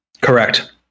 Correct